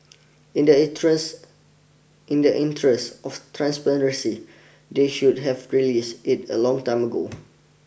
in the interest in the interest of transparency they should have released it a long time ago